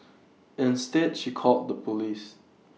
instead she called the Police